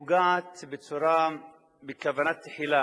שפוגעת בכוונה תחילה,